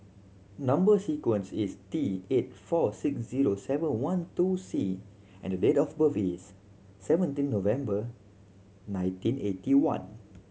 number sequence is T eight four six zero seven one two C and date of birth is seventeen November nineteen eighty one